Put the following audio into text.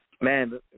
man